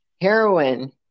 heroin